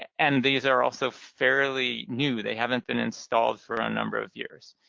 and these are also fairly new. they haven't been installed for a number of years,